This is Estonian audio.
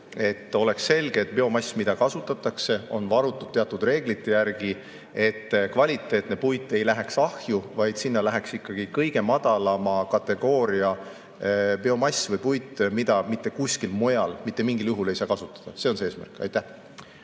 et oleks selge, et biomass, mida kasutatakse, on varutud teatud reeglite järgi, nii et mitte kvaliteetne puit ei läheks ahju, vaid sinna läheks ikkagi kõige madalama kategooria biomass või puit, mida mitte kuskil mujal mitte mingil juhul ei saa kasutada. See on see eesmärk. Tarmo